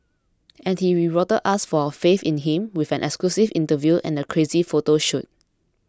and he rewarded us for our faith in him with an exclusive interview and a crazy photo shoot